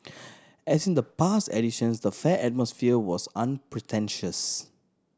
as in the past editions the fair atmosphere was unpretentious